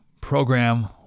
program